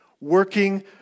working